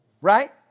Right